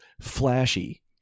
Flashy